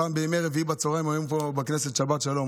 פעם בימי רביעי בצוהריים היו אומרים פה בכנסת שבת שלום,